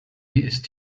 ist